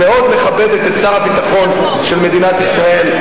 מאוד מכבדת את שר הביטחון של מדינת ישראל,